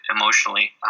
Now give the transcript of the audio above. emotionally